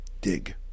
Dig